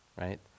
right